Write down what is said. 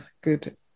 good